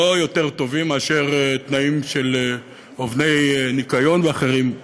לא יותר טובים מאשר תנאים של עובדי ניקיון ואחרים.